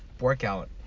workout